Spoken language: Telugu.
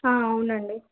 అవునండి